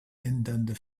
ändernde